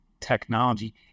technology